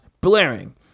blaring